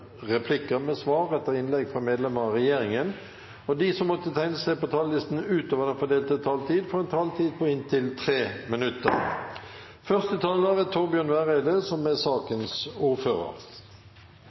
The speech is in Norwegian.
replikker med svar etter innlegg fra medlemmer av regjeringen, og de som måtte tegne seg på talerlisten utover den fordelte taletid, får også en taletid på inntil 3 minutter.